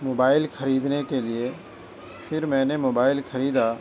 mobile خریدنے کے لیے پھر میں نے موبائل خریدا